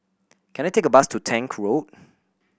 can I take a bus to Tank Road